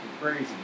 crazy